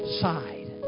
side